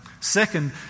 Second